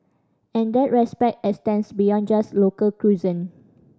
and that respect extends beyond just local cuisine